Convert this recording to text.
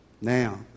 Now